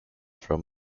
from